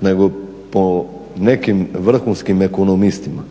nego po nekim vrhunskim ekonomistima,